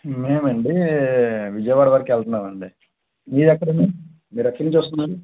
మేము అండి విజయవాడ వరకు వెళ్తున్నాం అండి మీరు ఎక్కడ మేడమ్ మీరు ఎక్కడ నుంచి వస్తున్నారు